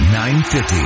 950